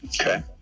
Okay